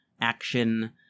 action